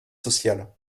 social